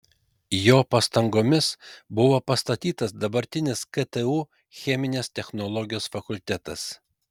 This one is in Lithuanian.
jo pastangomis buvo pastatytas dabartinis ktu cheminės technologijos fakultetas